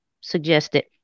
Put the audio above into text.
suggested